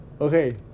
Okay